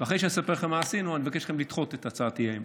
ואחרי שאספר לכם מה עשינו אני אבקש מכם לדחות את הצעת האי-אמון.